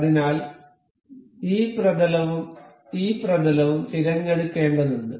അതിനാൽ ഈ പ്രതലവും ഈ പ്രതലവും തിരഞ്ഞെടുക്കേണ്ടതുണ്ട്